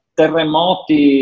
terremoti